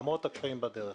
זאת למרות הקשיים בדרך.